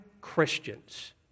Christians